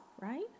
right